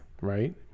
Right